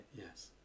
yes